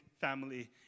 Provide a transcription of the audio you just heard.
family